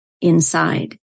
inside